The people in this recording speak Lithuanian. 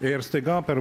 ir staiga per